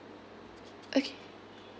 okay